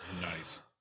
Nice